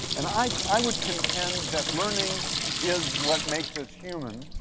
and i would contend that learning is what makes us human.